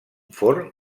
forn